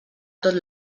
tot